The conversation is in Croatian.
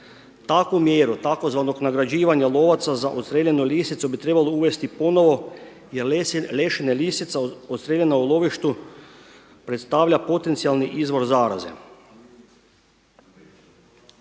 Takvu mjeru tzv. nagrađivanja lovaca za odstrijeljenu lisicu bi trebalo uvesti ponovno jer lešine lisica odstrijeljene u lovištu predstavlja potencijalni izvor zaraze.